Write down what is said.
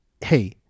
hey